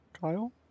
Kyle